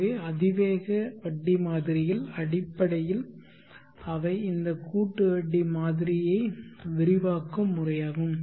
எனவே அதிவேக வட்டி மாதிரியில் அடிப்படையில் அவை இந்த கூட்டு வட்டி மாதிரியை விரிவாக்கும் முறையாகும்